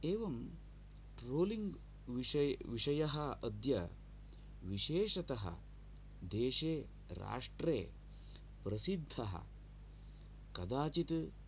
एवं ट्रोलिङ्ग् विषये विषयः अद्य विशेषतः देशे राष्ट्रे प्रसिद्धः कदाचिद्